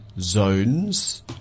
zones